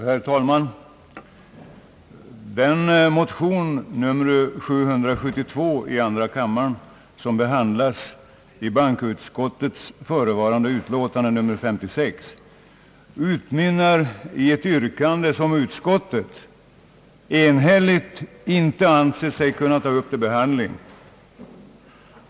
Herr talman! Den motion nr II: 772 som behandlas i bankoutskottets förevarande utlåtande nr 56 utmynnar i ett yrkande som utskottet enhälligt ansett sig inte kunna ta upp till behandling.